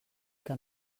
que